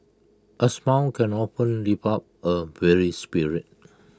A smile can often lift up A weary spirit